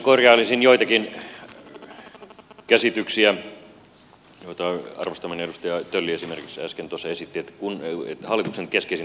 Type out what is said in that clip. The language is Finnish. korjailisin joitakin käsityksiä joita arvostamani edustaja tölli esimerkiksi äsken esitti siitä että hallituksen keskeisin tavoite on rakenne